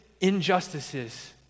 injustices